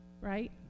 Right